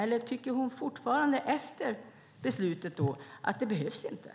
Eller kommer hon efter beslutet fortfarande att tycka att det inte behövs?